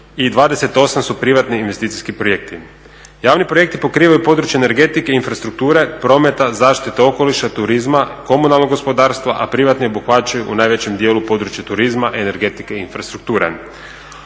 28 su privatni investicijski projekti. Javni projekti pokrivaju područje energetike, infrastrukture, prometa, zaštite okoliša, turizma, komunalnog gospodarstva, a privatni obuhvaćaju u najvećem dijelu područje turizma, energetike i infrastrukture.